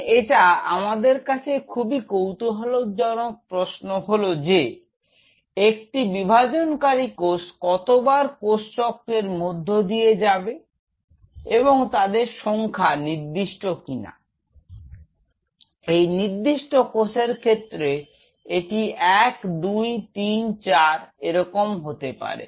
এখন এটা আমাদের কাছে খুবই কৌতুহল জনক প্রশ্ন হল যে একটি বিভাজন কারী কোষ কতবার কোষচক্রের মধ্য দিয়ে যাবে এবং তাদের সংখ্যা নির্দিষ্ট কিনা একটি নির্দিষ্ট কোষের ক্ষেত্রে এটি 1 2 3 4 এরকম কত হতে পারে